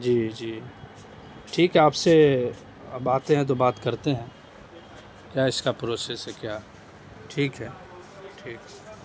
جی جی ٹھیک ہے آپ سے اب آتے ہیں تو بات کرتے ہیں کیا اس کا پروسیس ہے کیا ٹھیک ہے ٹھیک